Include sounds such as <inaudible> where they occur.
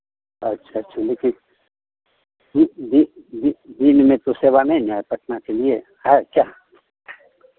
अच्छा अच्छा <unintelligible> ह्म्म दिन में तो सेवा नहीं है पटना के लिए है क्या